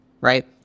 right